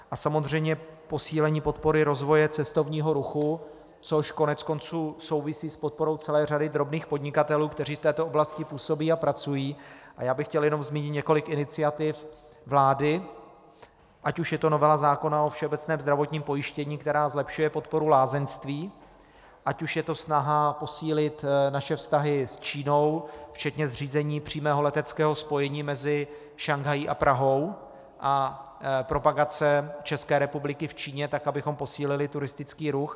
A samozřejmě posílení podpory rozvoje cestovního ruchu, což koneckonců souvisí s podporou celé řady drobných podnikatelů, kteří v této oblasti působí a pracují, a já bych chtěl jenom zmínit několik iniciativ vlády, ať už je to novela zákona o všeobecném zdravotním pojištění, která zlepšuje podporu lázeňství, ať už je to snaha posílit naše vztahy s Čínou, včetně zřízení přímého leteckého spojení mezi Šanghají a Prahou a propagace České republiky v Číně tak, abychom posílili turistický ruch.